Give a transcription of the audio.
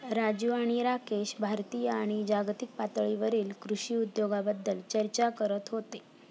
राजू आणि राकेश भारतीय आणि जागतिक पातळीवरील कृषी उद्योगाबद्दल चर्चा करत होते